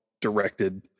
directed